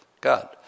God